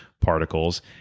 particles